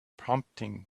prompting